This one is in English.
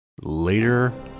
later